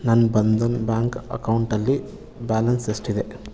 ನನ್ನ ಬಂಧನ್ ಬ್ಯಾಂಕ್ ಅಕೌಂಟಲ್ಲಿ ಬ್ಯಾಲೆನ್ಸ್ ಎಷ್ಟಿದೆ